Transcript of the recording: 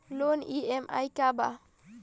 Loan EMI का बा?